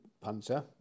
punter